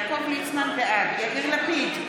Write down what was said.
בעד יאיר לפיד,